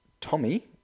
Tommy